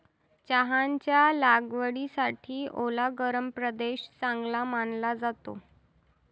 चहाच्या लागवडीसाठी ओला गरम प्रदेश चांगला मानला जातो